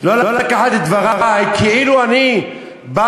לא לקחת את דברי כאילו אני בא,